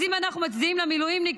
אז אם אנחנו מצדיעים למילואימניקים,